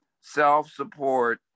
Self-support